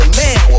man